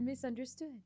misunderstood